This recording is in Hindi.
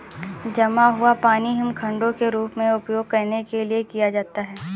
जमा हुआ पानी हिमखंडों के रूप में उपयोग करने के लिए किया जाता है